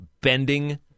bending